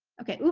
okay, yeah